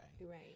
right